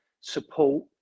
support